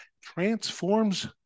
transforms